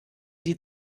die